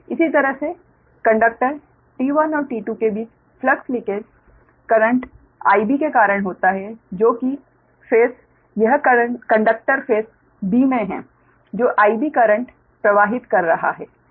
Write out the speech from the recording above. इसी तरह से कंडक्टर T1 और T2 के बीच फ्लक्स लिंकेज करंट Ib के कारण होता है जो कि फेस यह कंडक्टर फेस b में है जो Ib करंट प्रवाहित कर रहा हैं